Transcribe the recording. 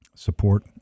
Support